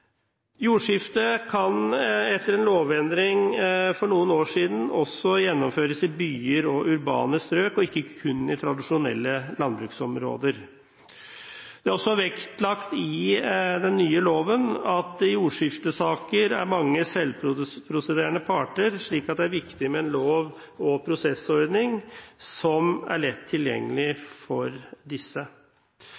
Jordskifte kan – etter en lovendring for noen år siden – også gjennomføres i byer og urbane strøk og ikke kun i tradisjonelle landbruksområder. Det er også vektlagt i den nye loven at det i jordskiftesaker er mange selvprosederende parter, slik at det er viktig med en lov- og prosessordning som er lett tilgjengelig